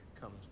comes